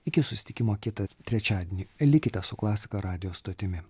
iki susitikimo kitą trečiadienį likite su klasika radijo stotimi